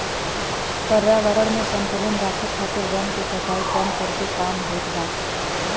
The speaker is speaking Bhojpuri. पर्यावरण में संतुलन राखे खातिर वन के कटाई कम करके काम होत बा